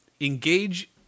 engage